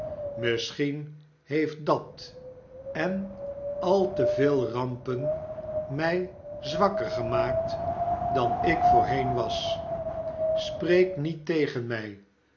misschien heeft dat en al te veel rampen mij zwakker gemaakt dan ik voorheen was spreek niettegen mij